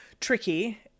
tricky